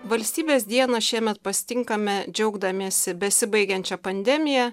valstybės dieną šiemet pasitinkame džiaugdamiesi besibaigiančia pandemija